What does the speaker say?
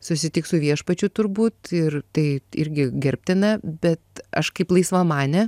susitiks su viešpačiu turbūt ir tai irgi gerbtina bet aš kaip laisvamanė